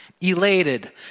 Elated